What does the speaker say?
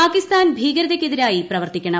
പാകിസ്ഥാൻ ഭീകരതയ്ക്കെതിരായി പ്രവർത്തിക്കണം